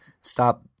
stop